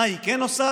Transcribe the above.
מה היא כן עושה?